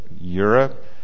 Europe